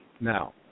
Now